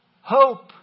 Hope